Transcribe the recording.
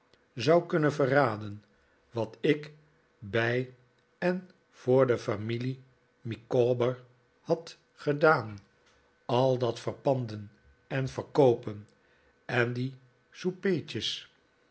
zou kunnen verraden wat ik bij en voor de familie micawber had gedaan al dat verpanden en verkoopen en die